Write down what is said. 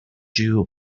you